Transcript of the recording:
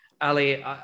Ali